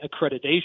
accreditation